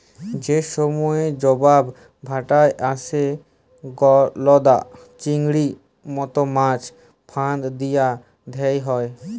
যে সময়ে জবার ভাঁটা আসে, গলদা চিংড়ির মত মাছ ফাঁদ দিয়া ধ্যরা হ্যয়